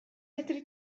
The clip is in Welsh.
fedri